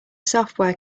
software